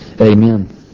Amen